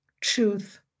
truth